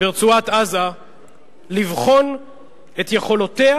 ברצועת-עזה לבחון את יכולותיה